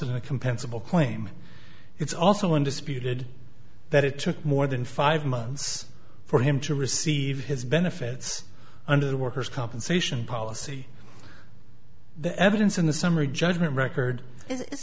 in a compensable claim it's also one disputed that it took more than five months for him to receive his benefits under the worker's compensation policy the evidence in the summary judgment record i